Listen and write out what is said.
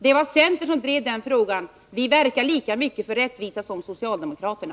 Det var centern som drev den frågan. Vi verkar alltså lika mycket för rättvisa som socialdemokraterna.